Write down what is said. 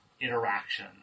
interaction